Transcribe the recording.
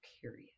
Period